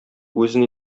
үзен